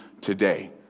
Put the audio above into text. today